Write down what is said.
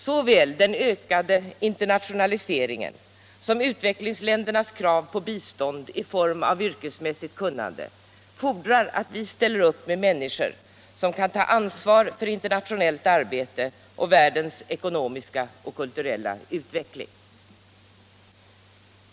Såväl den ökade internationaliseringen som utvecklingsländernas krav på bistånd i form av yrkesmässigt kunnande fordrar att vi ställer upp med människor som kan ta ansvar för internationellt arbete och världens ekonomiska och kulturella utveckling.